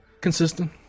Consistent